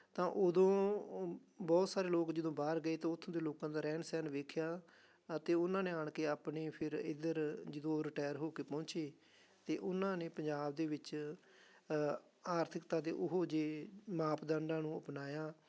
ਤਾਂ ਉਦੋਂ ਬਹੁਤ ਸਾਰੇ ਲੋਕ ਜਦੋਂ ਬਾਹਰ ਗਏ ਅਤੇ ਉੱਥੋਂ ਦੇ ਲੋਕਾਂ ਦਾ ਰਹਿਣ ਸਹਿਣ ਵੇਖਿਆ ਅਤੇ ਉਹਨਾਂ ਨੇ ਆਣ ਕੇ ਆਪਣੀ ਫਿਰ ਇੱਧਰ ਜਦੋਂ ਰਿਟਾਇਰ ਹੋ ਕੇ ਪਹੁੰਚੇ ਅਤੇ ਉਹਨਾਂ ਨੇ ਪੰਜਾਬ ਦੇ ਵਿੱਚ ਆਰਥਿਕਤਾ ਦੇ ਉਹੋ ਜਿਹੇ ਮਾਪਦੰਡਾਂ ਨੂੰ ਅਪਣਾਇਆ